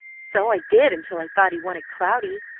so i did until i thought he wanted cloudy,